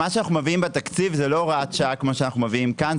מה שאנחנו מביאים בתקציב זה לא הוראת שעה כמו שאנחנו מביאים כאן,